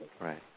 Right